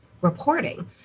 reporting